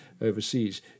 overseas